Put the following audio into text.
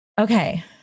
Okay